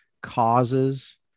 causes